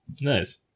Nice